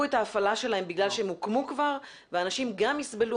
את ההפעלה שהן בגלל שהן הוקמו כבר ואנשים גם יסבלו